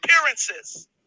appearances